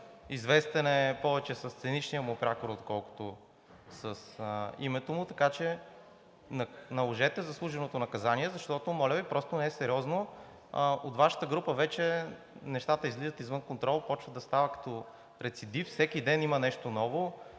известен е повече със сценичния му прякор, отколкото с името му, така че наложете заслуженото наказание. Защото, моля Ви, просто не е сериозно – от Вашата група вече нещата излизат извън контрол, започват да става рецидив, всеки ден има нещо ново.